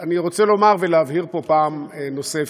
אני רוצה לומר ולהבהיר פה פעם נוספת: